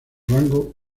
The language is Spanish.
rango